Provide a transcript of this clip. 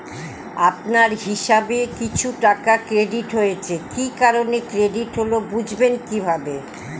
আপনার হিসাব এ কিছু টাকা ক্রেডিট হয়েছে কি কারণে ক্রেডিট হল বুঝবেন কিভাবে?